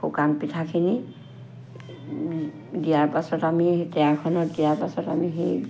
শুকান পিঠাখিনি দিয়াৰ পাছত আমি তেৱাখনত দিয়াৰ পাছত আমি সেই